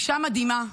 אישה מדהימה,